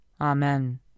Amen